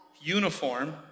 uniform